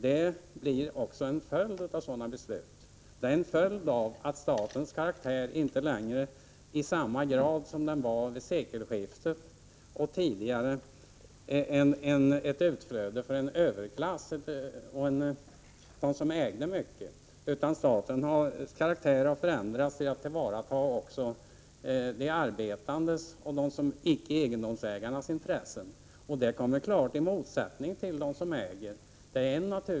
Det är en följd av att staten inte längre i samma grad som vid sekelskiftet och tidigare har karaktären av verktyg för en överklass och för dem som äger mycket. Statens karaktär har förändrats så att den tillvaratar också de arbetandes och de icke egendomsägandes intressen, och staten kommer då i motsättning till dem som äger.